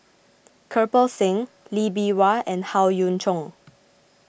Kirpal Singh Lee Bee Wah and Howe Yoon Chong